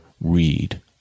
read